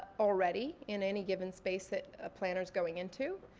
already in any given space that a planner's going into,